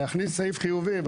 צריך להכניס סעיף חיובי.